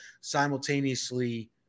simultaneously